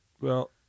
Well-